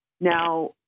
Now